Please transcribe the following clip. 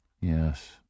Yes